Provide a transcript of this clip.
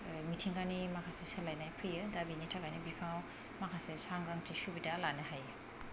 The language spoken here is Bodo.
मिथिंगानि माखासे सोलायनाय फैयो दा बेनि थाखायनो बिफाङाव माखासे सांग्रांथि सुबिदा लानो हायो